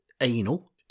anal